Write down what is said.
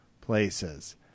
places